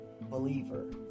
believer